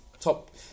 top